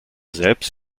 selbst